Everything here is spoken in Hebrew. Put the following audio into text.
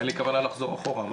אין לי כוונה לחזור אחורה,